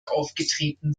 aufgetreten